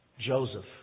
Joseph